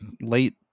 late